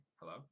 hello